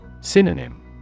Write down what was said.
Synonym